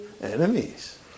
Enemies